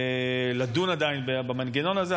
לדון עדיין במנגנון הזה,